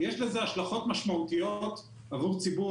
יש לזה השלכות משמעותיות עבור ציבור